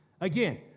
Again